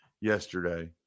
yesterday